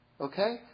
Okay